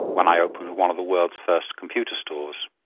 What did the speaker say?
when i opened one of the world's first computer stores,